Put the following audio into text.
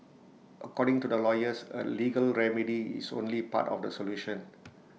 according to the lawyers A legal remedy is only part of the solution